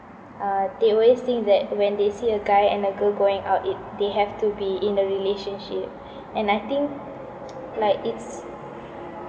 uh they always think that when they see a guy and a girl going out it they have to be in a relationship and I think like it's